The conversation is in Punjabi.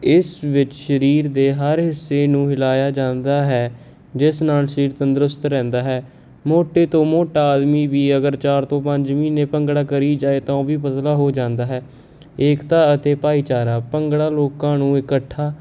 ਇਸ ਵਿੱਚ ਸਰੀਰ ਦੇ ਹਰ ਹਿੱਸੇ ਨੂੰ ਹਿਲਾਇਆ ਜਾਂਦਾ ਹੈ ਜਿਸ ਨਾਲ ਸਰੀਰ ਤੰਦਰੁਸਤ ਰਹਿੰਦਾ ਹੈ ਮੋਟੇ ਤੋਂ ਮੋਟਾ ਆਦਮੀ ਵੀ ਅਗਰ ਚਾਰ ਤੋਂ ਪੰਜ ਮਹੀਨੇ ਭੰਗੜਾ ਕਰੀ ਜਾਏ ਤਾਂ ਉਹ ਵੀ ਪਤਲਾ ਹੋ ਜਾਂਦਾ ਹੈ ਏਕਤਾ ਅਤੇ ਭਾਈਚਾਰਾ ਭੰਗੜਾ ਲੋਕਾਂ ਨੂੰ ਇਕੱਠਾ